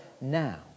now